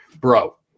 Bro